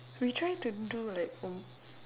we try to do like um